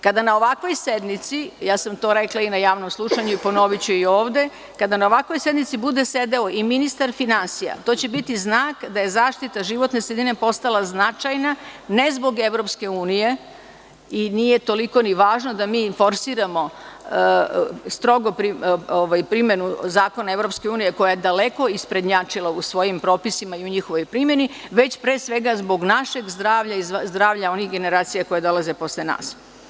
Kada na ovakvoj sednici, ja sam to rekla i na javnom slušanju i ponoviću i ovde, kada na ovakvoj sednici bude sedeo i ministar finansija, to će biti znak da je zaštita životne sredine postala značajna, ne zbog EU i nije toliko ni važno da mi forsiramo strogo primenu zakona EU koja je daleko isprednjačila u svojim propisima i u njihovoj primeni, već pre svega zbog našeg zdravlja i zdravlja onih generacija koje dolaze posle nas.